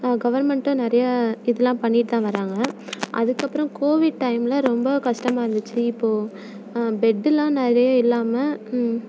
கவர்மெண்ட்டும் நிறையா இததெலாம் பண்ணிகிட்டு தான் வராங்க அதுக்கப்புறம் கோவிட் டைமில் ரொம்ப கஷ்டமாக இருந்துச்சு இப்போது பெட்டுலாம் நிறைய இல்லாமல்